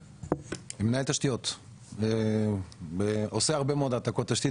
אני עושה הרבה מאוד העתקות תשתית,